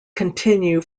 continue